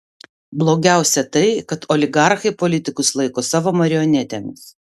blogiausia tai kad oligarchai politikus laiko savo marionetėmis